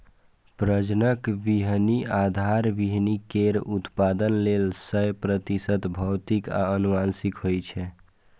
प्रजनक बीहनि आधार बीहनि केर उत्पादन लेल सय प्रतिशत भौतिक आ आनुवंशिक होइ छै